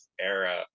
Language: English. era